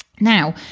Now